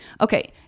Okay